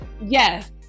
yes